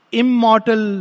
immortal